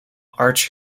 arch